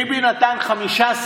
זה הלך לחינוך,